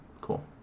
Cool